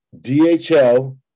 DHL